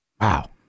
Wow